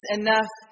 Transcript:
enough